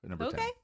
Okay